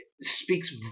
speaks